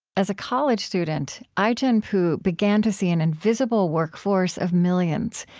as a college student, ai-jen poo began to see an invisible workforce of millions,